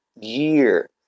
year